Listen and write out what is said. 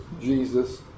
Jesus